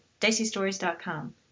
diceystories.com